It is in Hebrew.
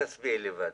את תצביעי לבד.